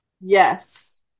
Yes